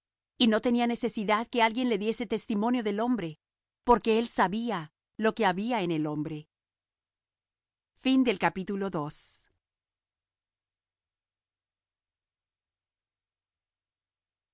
y no tenía necesidad que alguien le diese testimonio del hombre porque él sabía lo que había en el hombre y